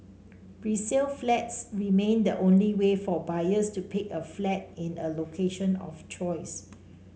resale flats remain the only way for buyers to pick a flat in a location of choice